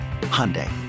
Hyundai